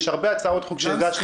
יש הרבה הצעות חוק שהגשנו.